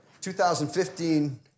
2015